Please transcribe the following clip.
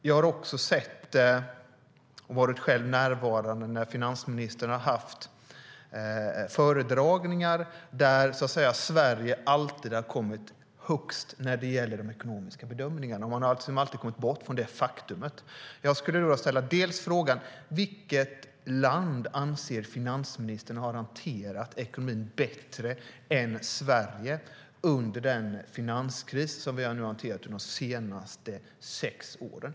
Jag har också själv varit närvarande när finansministern har haft föredragningar där Sverige alltid har kommit högst när det gäller de ekonomiska bedömningarna. Man har alltid kommit bort från det faktumet. Jag skulle vilja fråga vilket land finansministern anser har hanterat ekonomin bättre än Sverige under den finanskris vi har haft under de senaste sex åren.